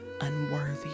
unworthy